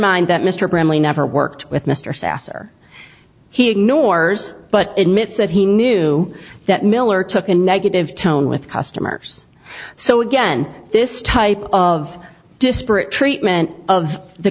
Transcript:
mind that mr gramley never worked with mr sasser he ignores but admits that he knew that miller took a negative tone with customers so again this type of disparate treatment of the